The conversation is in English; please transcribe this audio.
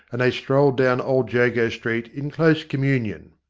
and they strolled down old jago street in close communion.